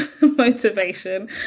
motivation